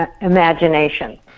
imagination